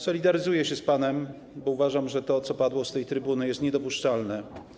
Solidaryzuję się z panem, bo uważam, że to, co padło z tej trybuny, jest niedopuszczalne.